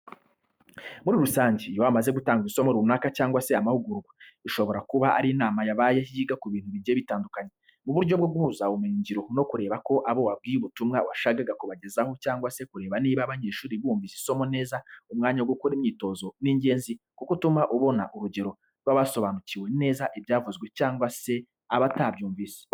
Muri rusange iyo hamaze gutangwa isomo runaka cyangwa se amahugurwa, ishobora kuba ari n'inama yabaye yiga ku bintu bigiye bitandukanye. Mu buryo bwo guhuza ubumenyingiro no kureba ko abo wabwiye ubutumbwa washakaga kubageza ho cyangwa se kureba niba abanyeshuri bumvise isomo neza umwanya wo gukora imyiotozo ni ingenzi kuko utuma ubona urugero rwabasobanukiwe neza ibyavuzwe cyangwa se abatabyumvise.